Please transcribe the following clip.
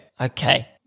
Okay